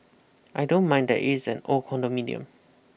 I don't mind that it is an old condominium